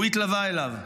והוא התלווה אליו.